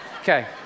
Okay